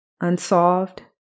unsolved